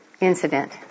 incident